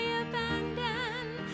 abandoned